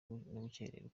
gukererwa